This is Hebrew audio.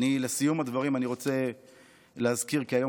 לסיום הדברים אני רוצה להזכיר כי היום